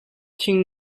thing